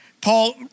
Paul